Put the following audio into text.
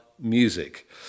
Music